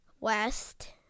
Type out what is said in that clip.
West